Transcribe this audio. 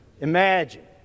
Imagine